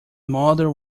mother